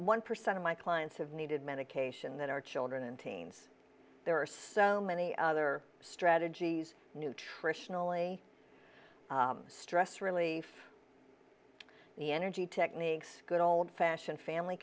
one percent of my clients have needed medication that are children and teens there are so many other strategies nutritionally stress relief the energy techniques good old fashioned family